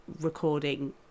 recording